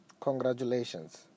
Congratulations